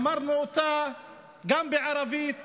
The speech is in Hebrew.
אמרנו אותה גם בערבית